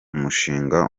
umushinga